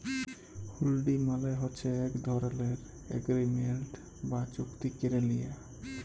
হুল্ডি মালে হছে ইক ধরলের এগ্রিমেল্ট বা চুক্তি ক্যারে লিয়া